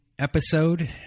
episode